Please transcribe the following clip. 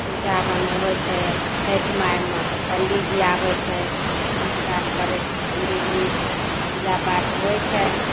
पूजा बनय होइ छै छैठ मायमे तऽ पण्डितजी आबय छै पूछताछ करय छै पण्डितजी पूजापाठ होइ छै